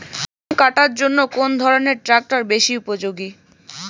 গম কাটার জন্য কোন ধরণের ট্রাক্টর বেশি উপযোগী?